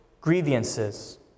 grievances